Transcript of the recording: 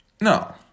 No